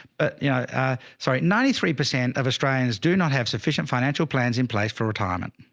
but you know sorry, ninety three percent of australians do not have sufficient financial plans in place for retirement.